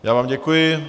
Já vám děkuji.